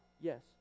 Yes